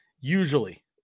usually